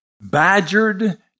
badgered